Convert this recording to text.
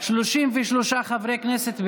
ש-33 חברי כנסת בעד,